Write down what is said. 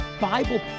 Bible